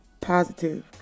positive